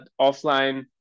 offline